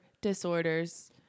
disorders